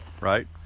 right